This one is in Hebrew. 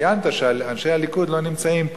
וציינת שאנשי הליכוד לא נמצאים פה,